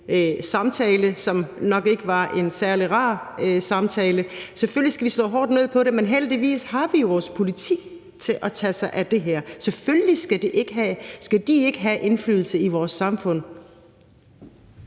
samtale, som nok ikke var en særlig rar samtale. Selvfølgelig skal vi slå hårdt ned på det, men heldigvis har vi vores politi til at tage sig af det her. Selvfølgelig skal de ikke have indflydelse i vores samfund.